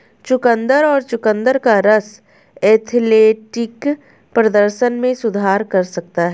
चुकंदर और चुकंदर का रस एथलेटिक प्रदर्शन में सुधार कर सकता है